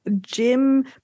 jim